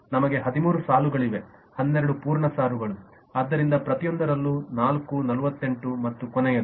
ನಮಗೆ 13 ಸಾಲುಗಳಿವೆ 12 ಪೂರ್ಣ ಸಾಲುಗಳು ಆದ್ದರಿಂದ ಪ್ರತಿಯೊಂದರಲ್ಲೂ ನಾಲ್ಕು 48 ಮತ್ತು ಕೊನೆಯದು